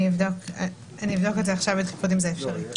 אני אבדוק אם זה אפשרי.